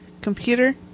computer